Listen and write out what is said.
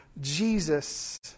Jesus